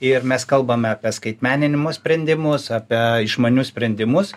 ir mes kalbame apie skaitmeninimo sprendimus apie išmanius sprendimus